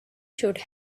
should